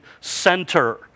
center